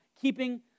keeping